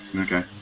Okay